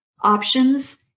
options